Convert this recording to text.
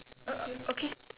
oh okay